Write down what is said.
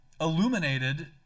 illuminated